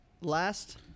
last